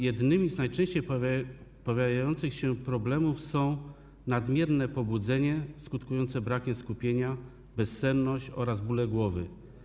Jednymi z najczęściej pojawiających się problemów są nadmierne pobudzenie skutkujące brakiem skupienia, bezsenność oraz bóle głowy.